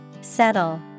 Settle